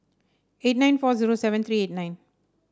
eight nine four zero seven three eight nine